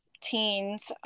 teens